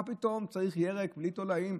מה פתאום צריך ירק בלי תולעים,